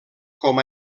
com